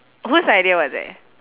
whose idea was that